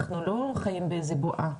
אנחנו לא חיים באיזה בועה.